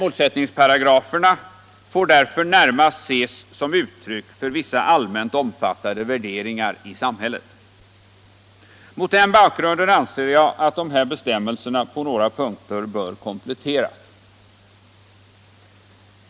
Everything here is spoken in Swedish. Målsättningsparagraferna får därför närmast ses som uttryck för vissa allmänt omfattade värderingar i samhället. Mot den bakgrunden anser jag att dessa bestämmelser på några punkter bör kompletteras.